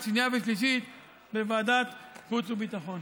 שנייה ושלישית בוועדת החוץ והביטחון.